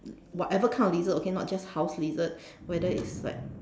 whatever kind of lizard not just house lizard whether its like